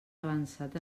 avançat